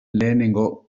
lehenengo